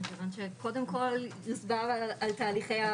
מכיוון שקודם כל מוסבר על תהליכי העבודה.